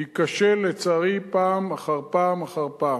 ייכשל, לצערי, פעם אחר פעם אחר פעם.